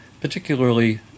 particularly